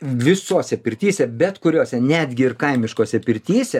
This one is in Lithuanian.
visose pirtyse bet kuriuose netgi ir kaimiškose pirtyse